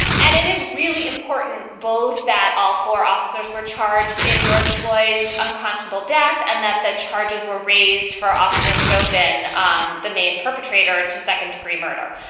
and it is really important both that all four officers were charged in george floyds unconscionable death and that the charges were raised for officer chauvelin, um the main perpetrator, to second degree murder.